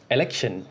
Election